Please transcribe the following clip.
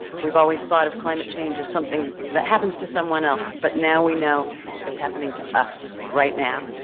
we've always thought of climate change as something that happens to someone else, but now we know it's happening to us right now.